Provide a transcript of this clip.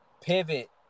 pivot